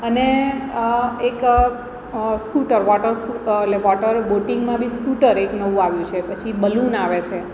અને એક scooter water એટલે વોટર બોટિંગમા બી સ્કૂટર એક નવું આવ્યું છે પછી બલૂન આવે છે